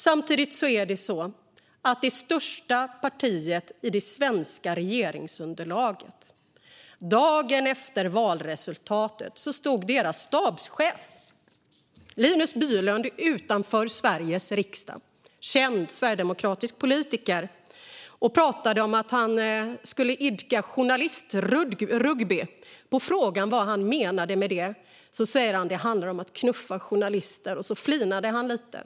Samtidigt är det så att stabschefen för det största partiet i det svenska regeringsunderlaget, den kände sverigedemokratiske politikern Linus Bylund, dagen efter att valresultatet meddelats stod utanför Sveriges riksdag och pratade om att han skulle idka journalistrugby. På frågan vad han menade med det svarade han att det handlade om att knuffa journalister. Sedan flinade han lite.